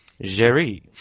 Jerry